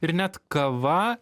ir net kava